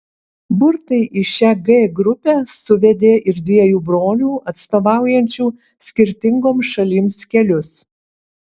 burtai į šią g grupę suvedė ir dviejų brolių atstovaujančių skirtingoms šalims kelius